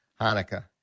Hanukkah